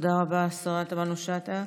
תודה רבה, השרה תמנו שטה.